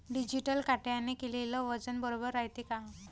Digital काट्याने केलेल वजन बरोबर रायते का?